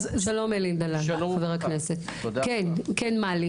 כן, מלי.